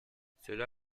cela